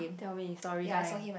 tell me story time